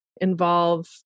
involve